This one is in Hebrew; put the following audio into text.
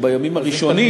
או בימים הראשונים,